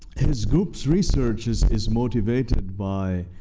his group's research is is motivated by